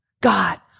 God